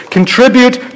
Contribute